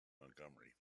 montgomery